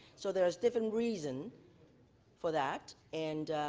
so there is different reason for that. and